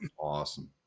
Awesome